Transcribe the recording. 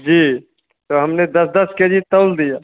जी तो हमने दस दस के जी तौल दिया